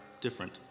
different